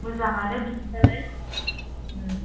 मोजाङानो बिदिबालाय ओम